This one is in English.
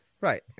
Right